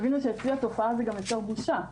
תבינו, אצלי התופעה גם יותר בושה.